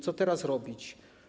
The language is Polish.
Co teraz robić?